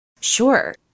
Sure